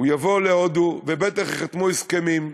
הוא יבוא להודו ובטח ייחתמו הסכמים.